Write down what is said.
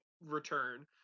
return